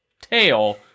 tail